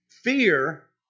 fear